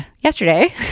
yesterday